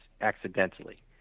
accidentally